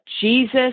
Jesus